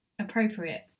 appropriate